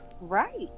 right